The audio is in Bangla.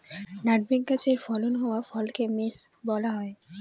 নাটমেগ গাছে ফলন হওয়া ফলকে মেস বলা হয়